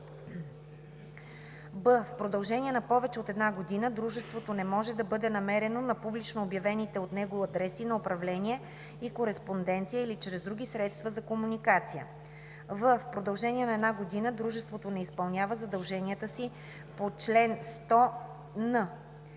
б) в продължение на повече от една година дружеството не може да бъде намерено на публично обявените от него адреси на управление и кореспонденция или чрез други средства за комуникация; в) в продължение на една година дружеството не изпълнява задълженията си по чл. 100н;